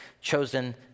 chosen